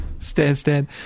Stand-stand